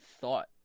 thought